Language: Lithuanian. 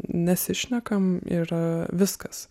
nesišnekam ir viskas